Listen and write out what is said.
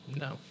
No